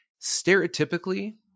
stereotypically